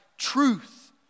Truth